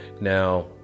now